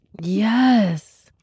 Yes